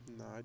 No